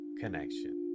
connection